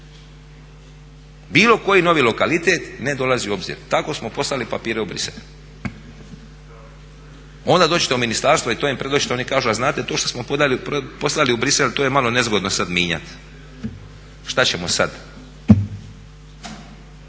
Bilo koji novi lokalitet ne dolazi u obzir. Tako smo poslali papire u Brisel. Onda dođete u ministarstvo i to im predočite, oni kažu a znate to što smo poslali u Brisel, to je malo nezgodno sada mijenjati, šta ćemo sada.